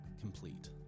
complete